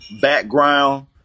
background